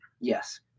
Yes